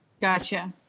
Gotcha